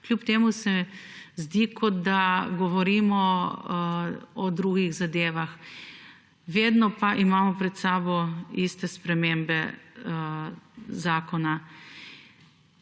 kljub temu se zdi, kot da govorimo o drugih zadevah. Vedno pa imamo pred sabo iste spremembe zakona.